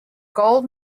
gold